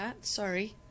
sorry